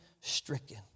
stricken